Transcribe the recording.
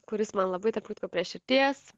kuris man labai tarp kitko prie širdies